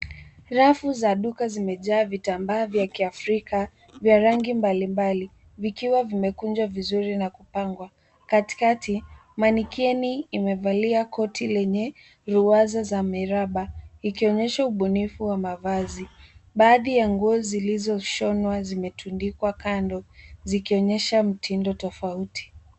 Rafu za duka zimejaa vitambaa vya Kiafrika vya rangi mbalimbali vikiwa vimekunjwa vizuri na kupangwa. Katikati, manikini imevalia koti lenye ruwaza za miraba ikionyesha ubunifu wa mavazi. Baadhi ya nguo zilizoshonwa zimetundikwa kando zikionyesha mtindo tofauti.